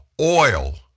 oil